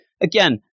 again